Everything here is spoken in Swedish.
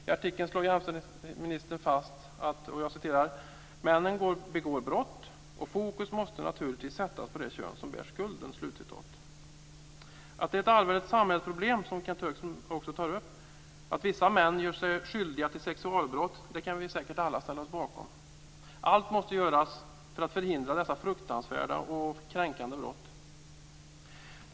I artikeln slår jämställdhetsministern fast att "männen begår brott och fokus måste naturligtvis sättas på det kön som bär skulden." Alla kan ställa sig bakom att det är ett allvarligt samhällsproblem att vissa män gör sig skyldiga till sexualbrott. Allt måste göras för att förhindra dessa fruktansvärda och kränkande brott.